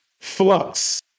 Flux